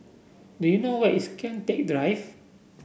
do you know where is Kian Teck Drive